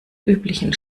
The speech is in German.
üblichen